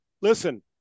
Listen